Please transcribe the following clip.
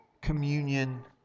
communion